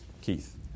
Keith